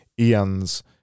Ian's